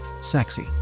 Sexy